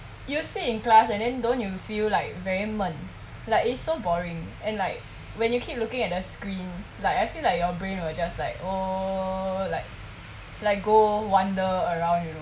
you sit in class and then don't you feel like very 焖 like it's so boring and like when you keep looking at the screen like I feel like your brain will just they oh like like go wander around you know